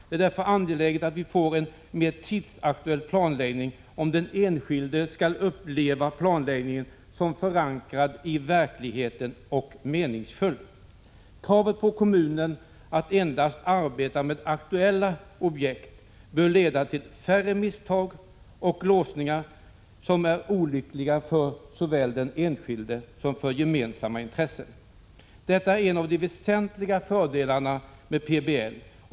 Det är därför angeläget att vi får en mer tidsaktuell planläggning, om den enskilde skall uppleva planläggningen som förankrad i verkligheten och meningsfull. Kravet på kommunen att endast arbeta med aktuella objekt bör leda till färre misstag och låsningar, vilka är olyckliga såväl för den enskilde som för gemensamma intressen. Detta är en av de väsentliga fördelarna med PBL.